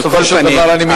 בסופו של דבר אני,